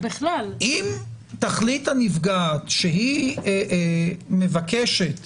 אם תחליט הנפגעת שהיא מבקשת